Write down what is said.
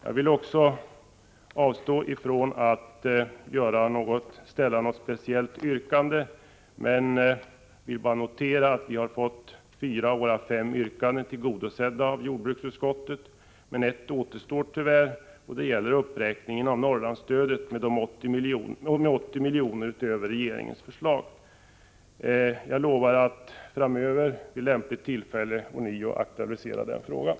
Jag vill också avstå från att ställa något speciellt yrkande, men vill notera att vi fått fyra av våra fem yrkanden tillgodosedda av jordbruksutskottet. Det återstår tyvärr ett yrkande, som gäller en uppräkning av Norrlandsstödet med 80 milj.kr. utöver regeringens förslag. Jag lovar att vid lämpligt tillfälle framöver ånyo aktualisera den frågan.